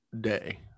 day